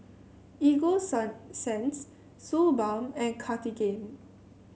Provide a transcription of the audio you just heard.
Ego Sunsense Suu Balm and Cartigain